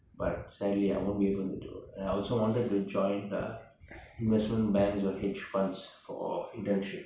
but sadly I won't be able to do and I also wanted to join the investment manager hedge funds for internship